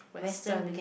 Western